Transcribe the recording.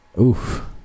Oof